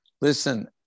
listen